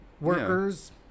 workers